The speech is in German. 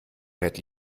fährt